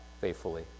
faithfully